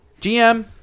GM